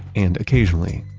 and occasionally,